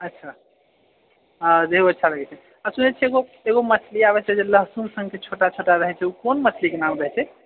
अच्छा अऽ रेहू अच्छा लगै छै आ सुनै छिऐ एगो एगो मछली आबै छै जे लहसून सनके छोटा छोटा रहै छै ओ कोन मछलीके नाम रहै छै